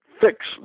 fix